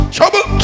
Trouble